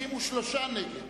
53 נגד,